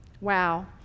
Wow